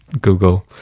google